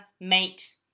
mate